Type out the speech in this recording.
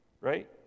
right